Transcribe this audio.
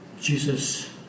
jesus